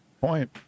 Point